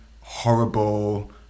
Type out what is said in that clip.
horrible